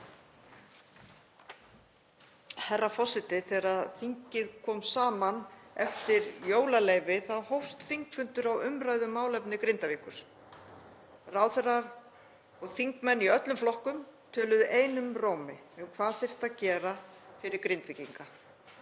Herra forseti. Þegar þingið kom saman eftir jólaleyfi hófst þingfundur á umræðu um málefni Grindavíkur. Ráðherrar og þingmenn í öllum flokkum töluðu einum rómi um hvað þyrfti að gera fyrir Grindvíkinga.